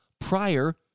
prior